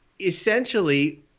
essentially